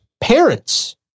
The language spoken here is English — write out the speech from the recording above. parents